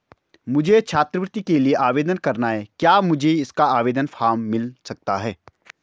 मुझे छात्रवृत्ति के लिए आवेदन करना है क्या मुझे इसका आवेदन फॉर्म मिल सकता है?